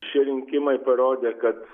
šie rinkimai parodė kad